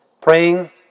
praying